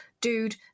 dude